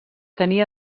tenia